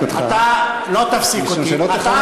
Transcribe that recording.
יושב כאן על תקן reviewer?